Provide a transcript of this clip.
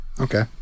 Okay